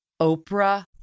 Oprah